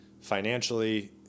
financially